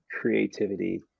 Creativity